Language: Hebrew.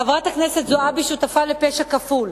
חברת הכנסת זועבי שותפה לפשע כפול: